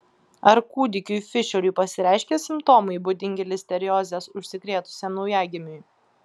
ar kūdikiui fišeriui pasireiškė simptomai būdingi listerioze užsikrėtusiam naujagimiui